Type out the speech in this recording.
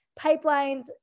pipelines